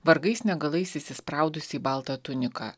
vargais negalais įsispraudusi į baltą tuniką